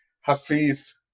Hafiz